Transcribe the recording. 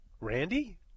Randy